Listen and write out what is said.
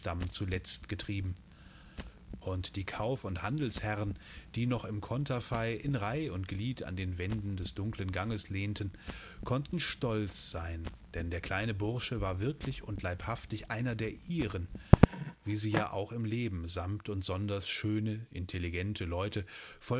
zuletzt getrieben und die kauf und handelsherren die noch im konterfei in reih und glied an den wänden des dunklen ganges lehnten konnten stolz sein denn der kleine bursche war wirklich und leibhaftig einer der ihren wie sie ja auch im leben samt und sonders schöne intelligente leute